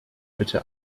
bitte